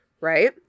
Right